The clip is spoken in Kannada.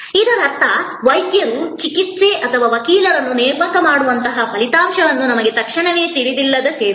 ಇದರರ್ಥ ವೈದ್ಯರು ಚಿಕಿತ್ಸೆ ಅಥವಾ ವಕೀಲರನ್ನು ನೇಮಕ ಮಾಡುವಂತಹ ಫಲಿತಾಂಶವನ್ನು ನಮಗೆ ತಕ್ಷಣವೇ ತಿಳಿದಿಲ್ಲದ ಸೇವೆ